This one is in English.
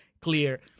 clear